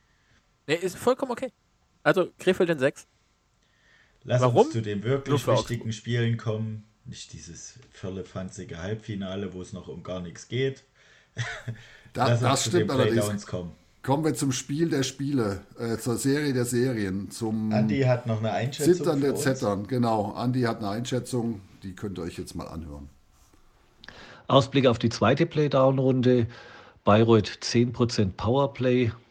Nee, ist vollkommen okay. Also, Krefeld in sechs. Lass Warum? uns zu den wirklich Nur für Augsburg. wichtigen Spielen kommen. Nicht dieses völlig fanzige Halbfinale, wo es noch um gar nichts geht. Da- Lass uns das zu stimmt den allerdings. Playdowns kommen. Kommen wir zum Spiel der Spiele, äh, zur Serie der Serien, zum Andi hat noch eine Einschätzung Zittern der für uns. Zettern. Genau, Andi hat eine Einschätzung, die könnt ihr euch jetzt mal anhören. Ausblick auf die zweite Playdown-Runde. Bayreuth 10% Powerplay.